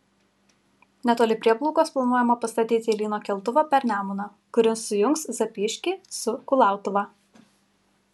netoli prieplaukos planuojama pastatyti lyno keltuvą per nemuną kuris sujungs zapyškį su kulautuva